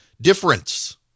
difference